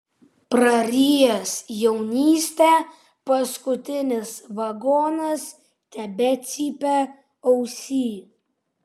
prarijęs jaunystę paskutinis vagonas tebecypia ausyj